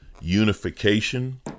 unification